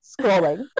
scrolling